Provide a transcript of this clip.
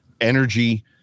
energy